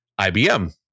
IBM